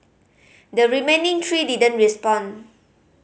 the remaining three didn't respond